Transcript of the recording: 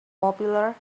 popular